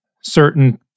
certain